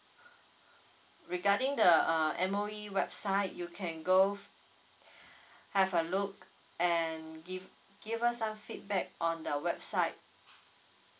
regarding the uh M_O_E website you can go have a look and give give us some feedback on the website